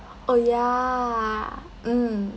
oh ya mm